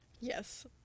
Yes